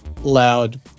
loud